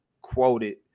quoted